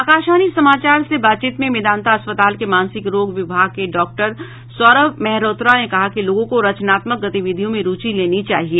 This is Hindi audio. आकाशवाणी समाचार से बातचीत में मेदांता अस्पताल के मानसिक रोग विभाग के डॉक्टर सौरभ मेहरोत्रा ने कहा कि लोगों को रचनात्मक गतिविधियों में रुचि लेनी चाहिए